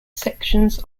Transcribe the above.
sections